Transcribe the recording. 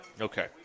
Okay